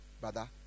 brother